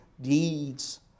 deeds